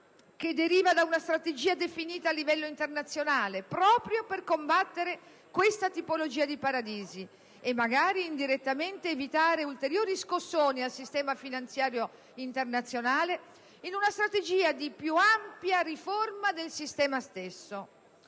che deriva da una strategia definita a livello internazionale proprio per combattere questa tipologia di paradisi - e magari indirettamente evitare ulteriori scossoni al sistema finanziario internazionale - nel contesto dell'impegno volto a promuovere una più ampia riforma del sistema stesso.